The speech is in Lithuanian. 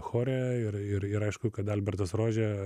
chore ir ir ir aišku kad albertas rožė